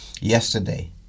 yesterday